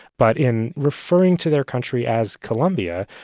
but in referring to their country as columbia,